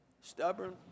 stubborn